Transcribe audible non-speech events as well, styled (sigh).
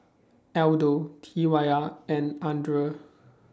(noise) Aldo T Y R and Andre